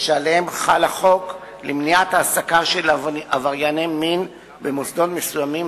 שעליהם חל החוק למניעת העסקה של עברייני מין במוסדות מסוימים,